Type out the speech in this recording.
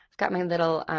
i've got my little,